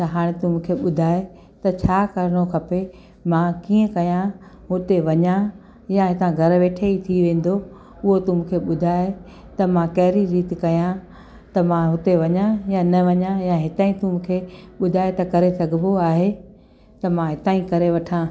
त हाणे तूं मूंखे ॿुधाए त छा करिणो खपे मां कीअं कया हुते वञा या हितां घर वेठे ई थी वेंदो उहो तूं मूंखे ॿुधाए त मां कहिड़ी रीत कया त मां हुते वञा या न वञा या हितां ई तूं मूंखे ॿुधाए त करे सघिबो आहे त मां हितां ई करे वठां